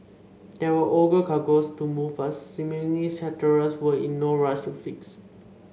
there were ore cargoes to move but seemingly charterers were in no rush to fix